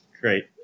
Great